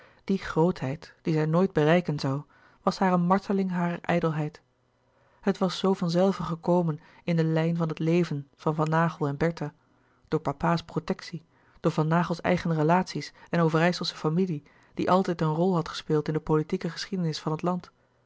die grootheid die zij nooit bereiken zoû was haar een marteling harer ijdelheid het was zoo van zelve gekomen in de lijn van het leven van van naghel en bertha door papa's protectie door van naghels eigen relatie's en overijselsche familie die altijd een rol had gespeeld in de politieke geschiedenis van het land